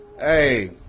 Hey